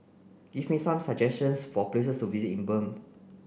give me some suggestions for places to visit in Bern